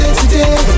today